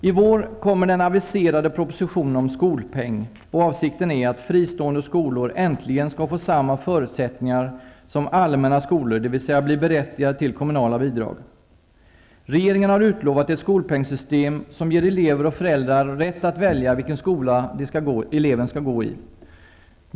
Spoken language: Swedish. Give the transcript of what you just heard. I vår kommer den aviserade propositionen om skolpeng. Avsikten är att fristående skolor äntligen skall få samma förutsättningar som allmänna skolor, dvs. bli berättigade till kommunala bidrag. Regeringen har utlovat ett skolpengssystem som ger elever och föräldrar rätt att välja vilken skola eleven skall gå i.